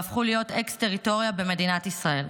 והפכו להיות אקס-טריטוריה במדינת ישראל.